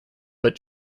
but